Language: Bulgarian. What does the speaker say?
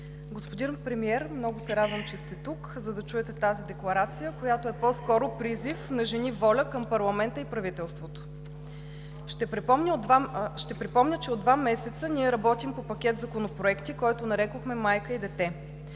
Господин Премиер, много се радвам, че сте тук, за да чуете тази декларация, която е по-скоро призив на „Жени – ВОЛЯ“ към парламента и правителството. Ще припомня, че от два месеца ние работим по пакет законопроекти, който нарекохме „Майка и дете“.